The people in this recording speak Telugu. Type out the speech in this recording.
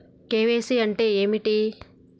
కే.వై.సీ అంటే ఏమిటి?